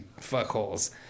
fuckholes